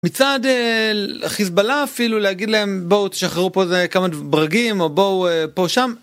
מצד החיזבאללה אפילו להגיד להם בואו תשחררו פה כמה ברגים או בואו פה שם.